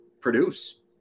produce